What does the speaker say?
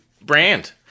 brand